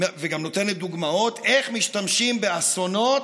וגם נותנת דוגמאות איך משתמשים באסונות,